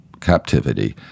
captivity